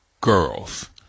girls